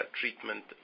treatment